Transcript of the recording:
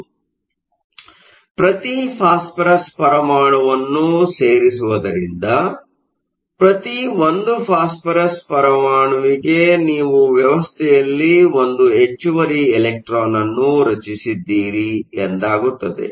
ಆದ್ದರಿಂದ ಪ್ರತಿ ಫಾಸ್ಫರಸ್ ಪರಮಾಣುವನ್ನು ಸೇರಿಸುವುದರಿಂದ ಪ್ರತಿ ಒಂದು ಫಾಸ್ಫರಸ್ ಪರಮಾಣುವಿಗೆ ನೀವು ವ್ಯವಸ್ಥೆಯಲ್ಲಿ ಒಂದು ಹೆಚ್ಚುವರಿ ಎಲೆಕ್ಟ್ರಾನ್ ಅನ್ನು ರಚಿಸಿದ್ದೀರಿ ಎಂದಾಗುತ್ತದೆ